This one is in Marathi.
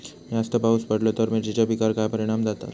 जास्त पाऊस पडलो तर मिरचीच्या पिकार काय परणाम जतालो?